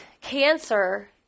cancer